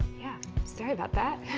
yeah. sorry about that.